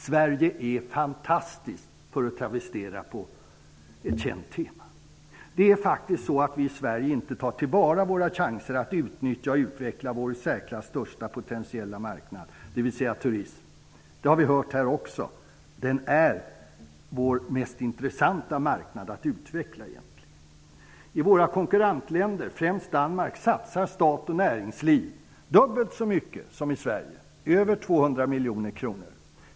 Sverige är fantastiskt, för att använda ett känt tema. Det är faktiskt så att vi i Sverige inte tar till vara våra chanser att utnyttja och utveckla vår i särklass största potentiella marknad, dvs. turism. Det har vi hört här också. Den är egentligen vår mest intressanta marknad att utveckla. I våra konkurrentländer, främst Danmark, satsar stat och näringsliv dubbelt så mycket som vi i Sverige -- över 200 miljoner kronor.